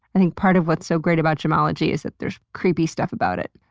i think part of what's so great about gemology is that there's creepy stuff about it.